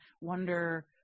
wonder